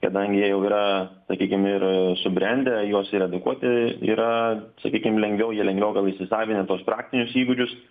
kadangi jie jau yra sakykim ir subrendę juos ir edukuoti yra sakykim lengviau jie lengviau gal įsisavinę tuos praktinius įgūdžius